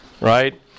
right